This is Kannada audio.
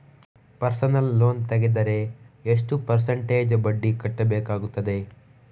ಪರ್ಸನಲ್ ಲೋನ್ ತೆಗೆದರೆ ಎಷ್ಟು ಪರ್ಸೆಂಟೇಜ್ ಬಡ್ಡಿ ಕಟ್ಟಬೇಕಾಗುತ್ತದೆ?